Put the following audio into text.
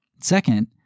Second